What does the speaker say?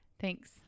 Thanks